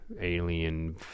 alien